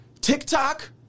TikTok